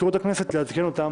אנחנו נקפיד על כך.